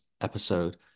episode